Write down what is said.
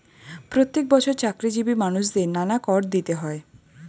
প্রত্যেক বছর চাকরিজীবী মানুষদের নানা কর দিতে হয়